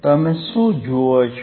તમે શું જુઓ છો